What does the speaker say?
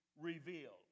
revealed